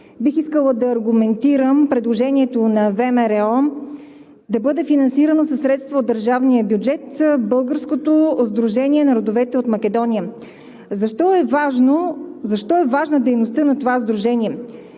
Бих искала да аргументирам предложението на ВМРО – да бъде финансирано със средства от държавния бюджет Българското сдружение на родовете от Македония. Защо е важна дейността на това сдружение?